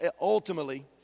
Ultimately